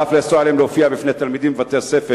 ואף לאסור עליהם להופיע בפני תלמידים בבתי-הספר.